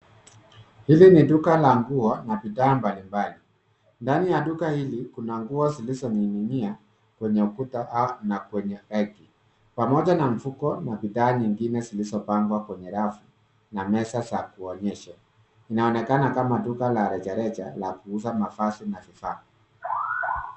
Hili ni duka la nguo na bidhaa mbalimbali. Ndani ya duka hili, kuna nguo zilizoning'inia kwenye ukuta na kwenye reki pamoja na mfuko na bidhaa nyingine zililopangwa kwenye rafu na meza za kuonyesha. Inaonekana kama duka la rejareja la kuuza mavazi na vifaa.